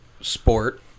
sport